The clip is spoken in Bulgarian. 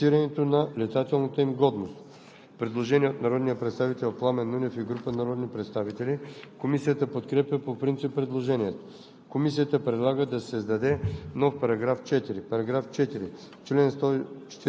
„регистрацията, осигуряването на авиационната им безопасност и сертифицирането на летателната им годност“.“ Предложение от народния представител Пламен Нунев и група народни представители. Комисията подкрепя по принцип предложението.